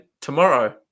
tomorrow